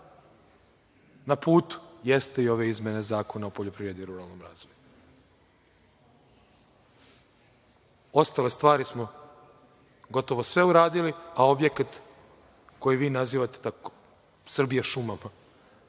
na putu jesu i ove izmene Zakona o poljoprivredi i ruralnom razvoju. Ostale stvari smo gotovo sve uradili, a objekat koji vi nazivate „Srbija šuma“